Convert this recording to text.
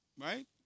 Right